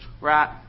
right